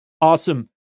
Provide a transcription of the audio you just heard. Awesome